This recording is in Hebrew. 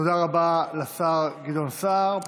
תודה רבה לשר גדעון סער.